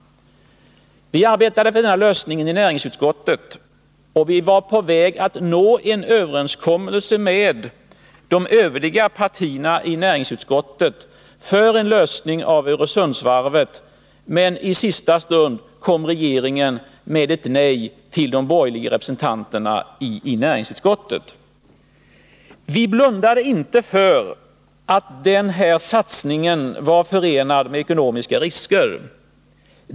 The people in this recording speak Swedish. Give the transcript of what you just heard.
Vi arbetade med denna lösning i näringsutskottet och var på väg att nå en överenskommelse med de övriga partierna i utskottet, men i sista stund kom regeringen med ett nej till de borgerliga representanterna i näringsutskottet. Vi blundade inte för att den här satsningen var förenad med ekonomiska risker.